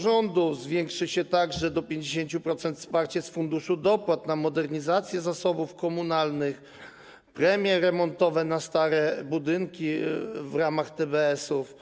Zwiększy się także do 50% wsparcie z Funduszu Dopłat na modernizację zasobów komunalnych, premie remontowe na stare budynki w ramach TBS-ów.